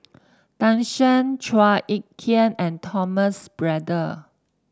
Tan Shen Chua Ek Kay and Thomas Braddell